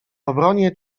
obronie